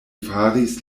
faris